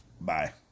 Bye